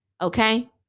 Okay